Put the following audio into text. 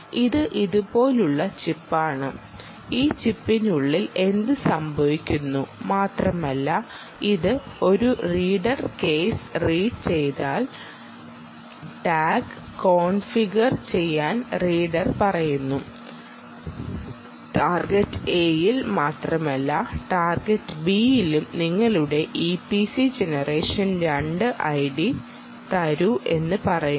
ഇത് ഇതുപോലുള്ള ചിപ്പ് ആണ് ഈ ചിപ്പിനുള്ളിൽ എന്തു സംഭവിക്കുന്നു മാത്രമല്ല ഇത് ഒരു റീഡർ കേസ് റീഡ് ചെയ്താൽ ടാഗ് കോൺഫിഗർ ചെയ്യാൻ റീഡർ പറയുന്നു ടാർഗെറ്റ് Aയിൽ മാത്രമല്ല ടാർഗെറ്റ് Bയിലും നിങ്ങളുടെ ഇപിസി ജെൻ 2 ഐഡി തരൂ എന്ന് പറയുക